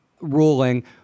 ruling